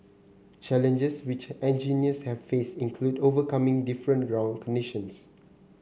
challenges which engineers have faced include overcoming different ground conditions